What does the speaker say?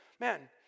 man